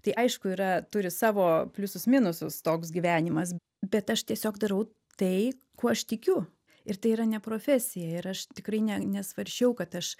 tai aišku yra turi savo pliusus minusus toks gyvenimas bet aš tiesiog darau tai kuo aš tikiu ir tai yra ne profesija ir aš tikrai ne nesvarsčiau kad aš